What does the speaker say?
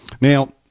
Now